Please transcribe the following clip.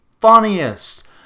funniest